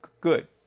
good